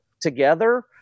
together